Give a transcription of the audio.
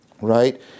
right